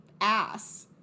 ass